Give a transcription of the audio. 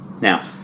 Now